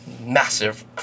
massive